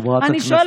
חברת הכנסת גמליאל.